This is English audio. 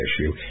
issue